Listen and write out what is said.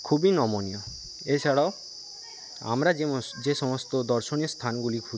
খুবই নমনীয় এছাড়াও আমরা যে যে সমস্ত দর্শনীয় স্থানগুলি ঘুরি